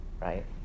right